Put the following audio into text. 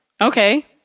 Okay